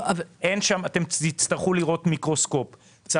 תצטרכו לראות במיקרוסקופ.